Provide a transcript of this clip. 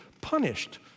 punished